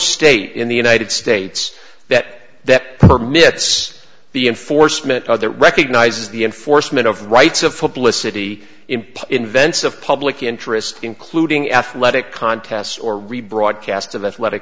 state in the united states that that permits the enforcement of that recognizes the enforcement of rights of football a city invents of public interest including athletic contests or rebroadcast of athletic